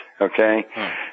okay